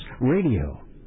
radio